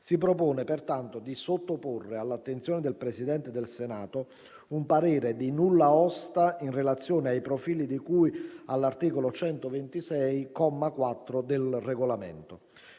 Si propone pertanto di sottoporre all’attenzione del Presidente del Senato un parere di nulla osta in relazione ai profili di cui all’articolo 126, comma 4, del Regolamento.